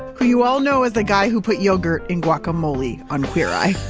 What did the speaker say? who you all know as the guy who put yogurt in guacamole on queer eye